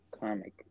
comic